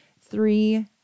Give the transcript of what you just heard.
three